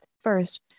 First